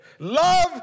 Love